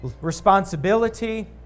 responsibility